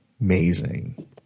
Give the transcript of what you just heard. amazing